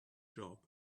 job